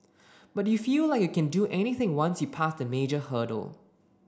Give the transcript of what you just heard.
but you feel like you can do anything once you passed a major hurdle